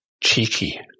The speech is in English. cheeky